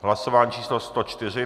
Hlasování číslo 104.